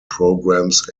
programs